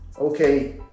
Okay